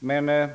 denna.